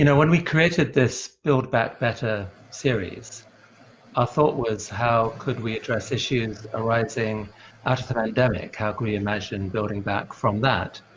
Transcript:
you know when we created this build back better series our thought was how could we address issues arising out of the pandemic, how could we imagine building back from that.